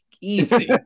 easy